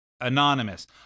anonymous